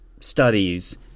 studies